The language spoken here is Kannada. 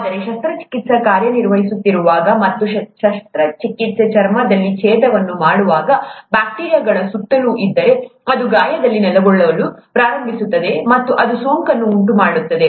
ಆದರೆ ಶಸ್ತ್ರಚಿಕಿತ್ಸೆ ಕಾರ್ಯನಿರ್ವಹಿಸುತ್ತಿರುವಾಗ ಮತ್ತು ಶಸ್ತ್ರಚಿಕಿತ್ಸೆ ಚರ್ಮದಲ್ಲಿ ಛೇದನವನ್ನು ಮಾಡುವಾಗ ಬ್ಯಾಕ್ಟೀರಿಯಾಗಳು ಸುತ್ತಲೂ ಇದ್ದರೆ ಅದು ಈ ಗಾಯದಲ್ಲಿ ನೆಲೆಗೊಳ್ಳಲು ಪ್ರಾರಂಭಿಸುತ್ತದೆ ಮತ್ತು ಅದು ಸೋಂಕನ್ನು ಉಂಟುಮಾಡುತ್ತದೆ